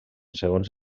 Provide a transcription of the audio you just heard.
segons